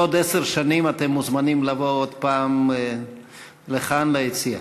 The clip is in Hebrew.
אתם מוזמנים לבוא עוד פעם לכאן, ליציע,